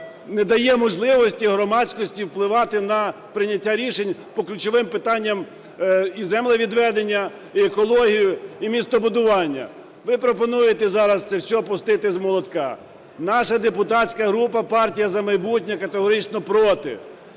не дає можливості громадськості впливати на прийняття рішень по ключовим питанням і землевідведення, і екологію, і містобудування, ви пропонуєте зараз це все пустити з молотка. Наша депутатська група "Партія "За майбутнє" категорично проти.